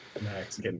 Max